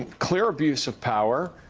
clear abuse of power,